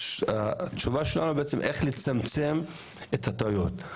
איך נצמצם את הטעויות?